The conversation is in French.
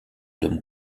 dom